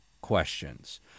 questions